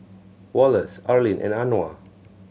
Wallace Arleen and Anwar